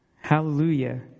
hallelujah